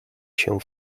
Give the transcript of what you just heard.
się